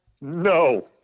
No